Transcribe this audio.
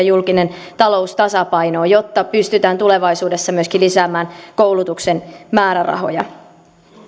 julkinen talous tasapainoon jotta pystytään tulevaisuudessa myöskin lisäämään koulutuksen määrärahoja